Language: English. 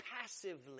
passively